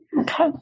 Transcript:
Okay